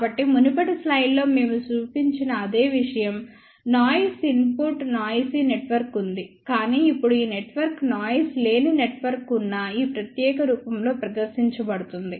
కాబట్టి మునుపటి స్లైడ్లో మేము చూపించిన అదే విషయం నాయిస్ ఇన్పుట్ నాయిసీ నెట్వర్క్ ఉంది కానీ ఇప్పుడు ఈ నెట్వర్క్ నాయిస్ లేని నెట్వర్క్ ఉన్న ఈ ప్రత్యేక రూపంలో ప్రదర్శించబడుతుంది